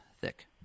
thick